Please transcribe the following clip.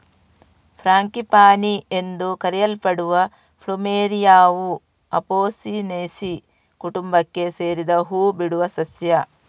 frangipani ಎಂದು ಕರೆಯಲ್ಪಡುವ ಪ್ಲುಮೆರಿಯಾವು ಅಪೊಸಿನೇಸಿ ಕುಟುಂಬಕ್ಕೆ ಸೇರಿದ ಹೂ ಬಿಡುವ ಸಸ್ಯ